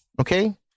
Okay